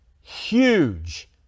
huge